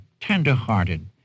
tender-hearted